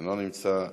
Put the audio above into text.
אינו נמצא.